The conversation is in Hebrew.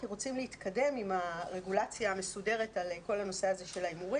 כי רוצים להתקדם עם הרגולציה המסודרת על כל הנושא של ההימורים.